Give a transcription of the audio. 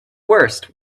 worst